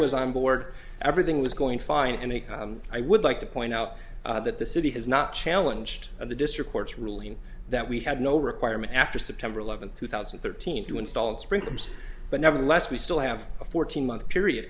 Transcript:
was on board everything was going fine and i would like to point out that the city has not challenge to the district court's ruling that we had no requirement after september eleventh two thousand and thirteen to install it spring comes but nevertheless we still have a fourteen month period